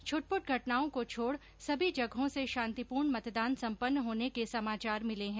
छिटपुट घटनाओं को छोड़ सभी जगहों से शांतिपूर्ण मतदान संपन्न होने के समाचार मिले हैं